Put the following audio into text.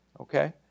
Okay